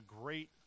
great